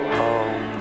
home